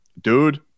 Dude